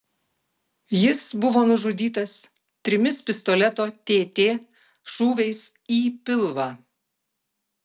jis buvo nužudytas trimis pistoleto tt šūviais į pilvą